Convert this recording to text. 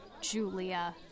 Julia